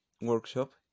workshop